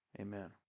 Amen